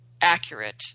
accurate